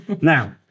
Now